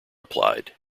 applied